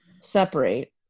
separate